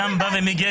הן דיברו